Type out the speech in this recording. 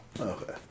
Okay